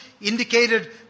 indicated